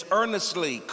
earnestly